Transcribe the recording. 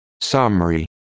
Summary